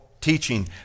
teaching